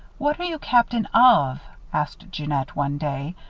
what are you captain of? asked jeannette, one day,